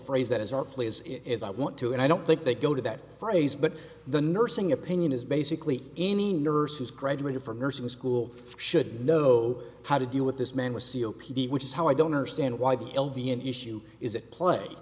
phrase that as artfully as if i want to and i don't think they go to that phrase but the nursing opinion is basically any nurses graduated from nursing school should know how to deal with this man was c o p d which is how i don't understand why the l v n issue is it play